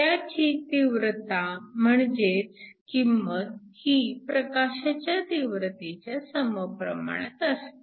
त्याची तीव्रता म्हणजेच किंमत ही प्रकाशाच्या तीव्रतेच्या सम प्रमाणात असते